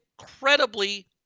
incredibly